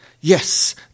Yes